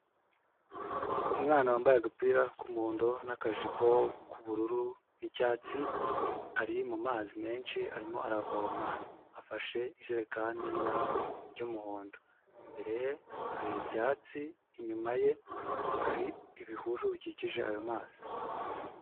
Umwana wambaye agapira k'umuhondo n'akajipo k'ubururu n'icyatsi ari mu mazi menshi arimo aravoma, afashe ijerekani n'ibara ry'umuhondo, imbere ye hari ibyatsi inyuma ye hari ibihuru bikikije ayo mazi.